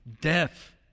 death